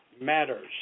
matters